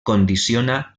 condiciona